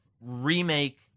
remake